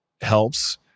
helps